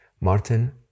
Martin